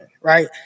Right